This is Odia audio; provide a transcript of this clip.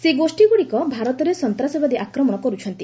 ସେହି ଗୋଷ୍ଠୀଗୁଡ଼ିକ ଭାରତରେ ସନ୍ତାସବାଦୀ ଆକ୍ରମଣ କରୁଛନ୍ତି